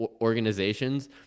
organizations